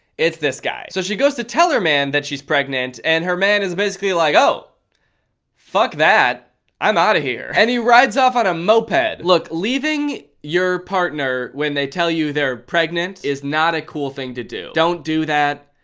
it's this guy, so she goes to tell her man that she's pregnant and her man is basically like, oh fuck that i'm outta' here. and he rides off on a moped. look leaving your partner when they tell you they're pregnant is not a cool thing to do. don't do that,